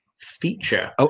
feature